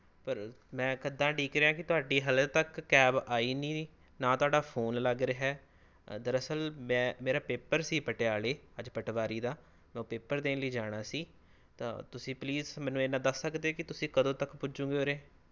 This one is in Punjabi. ਪਰ ਮੈਂ ਕੱਦਾਂ ਉਡੀਕ ਰਿਹਾਂ ਕਿ ਤੁਹਾਡੀ ਹਾਲੇ ਤੱਕ ਕੈਬ ਆਈ ਨਹੀਂ ਨਾ ਤੁਹਾਡਾ ਫੋਨ ਲੱਗ ਰਿਹਾ ਦਰਅਸਲ ਮੈਂ ਮੇਰਾ ਪੇਪਰ ਸੀ ਪਟਿਆਲੇ ਅੱਜ ਪਟਵਾਰੀ ਦਾ ਮੈਂ ਉਹ ਪੇਪਰ ਦੇਣ ਲਈ ਜਾਣਾ ਸੀ ਤਾਂ ਤੁਸੀਂ ਪਲੀਜ਼ ਮੈਨੂੰ ਇੰਨਾ ਦੱਸ ਸਕਦੇ ਹੋ ਕਿ ਤੁਸੀਂ ਕਦੋਂ ਤੱਕ ਪੁੱਜੋਗੇ ਉਰੇ